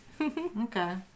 Okay